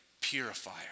purifier